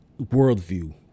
worldview